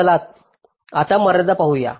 चला आता मर्यादा पाहू या